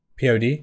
Pod